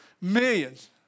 Millions